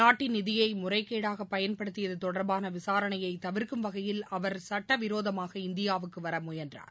நாட்டின் நிதியை முறைகோக பயன்படுத்தியது தொடர்பான விசாரணையை தவிர்க்கும் வகையில் அவர் சட்ட விரோதமாக இந்தியாவுக்கு வர முயன்றார்